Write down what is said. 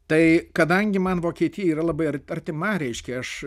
tai kadangi man vokietija yra labai ar artima reiškia aš